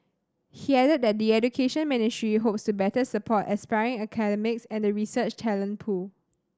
he added that the Education Ministry hopes to better support aspiring academics and the research talent pool